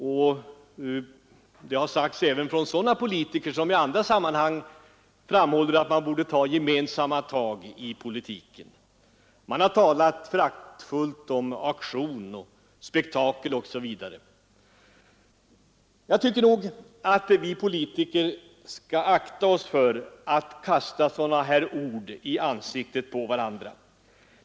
Detta har sagts också av politiker, som i andra sammanhang framhåller att vi bör ta gemensamma tag i politiken. Likaså har det föraktfullt talats om auktion och spektakel. Jag tycker dock att vi politiker skall akta oss för att kasta sådana ord i ansiktet på varandra.